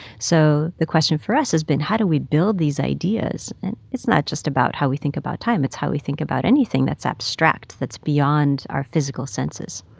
so the question for us has been, how do we build these ideas? and it's not just about how we think about time. it's how we think about anything that's abstract, that's beyond our physical senses.